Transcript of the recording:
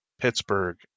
Pittsburgh